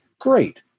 great